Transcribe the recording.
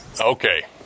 Okay